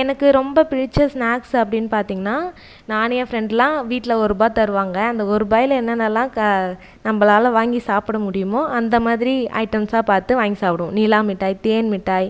எனக்கு ரொம்ப பிடித்த ஸ்னாக்ஸ் அப்படினு பார்த்தீங்னா நானே என் ஃப்ரெண்ட்லாம் வீட்டில் ஒரு ரூபா தருவாங்கள் அந்த ஒரு ரூபாயில என்னென்னலாம் க நம்மளால வாங்கி சாப்பிட முடியுமோ அந்த மாதிரி ஐட்டம்ஸாம் பார்த்து வாங்கி சாப்பிடுவோ நீலாம் மிட்டாய் தேன் மிட்டாய்